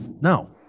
No